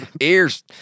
Ears